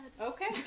Okay